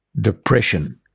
Depression